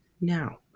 now